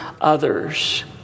others